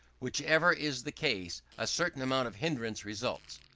whichever is the case, a certain amount of hindrance results.